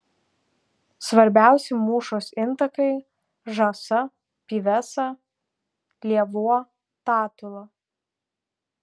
svarbiausi mūšos intakai žąsa pyvesa lėvuo tatula